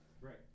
Right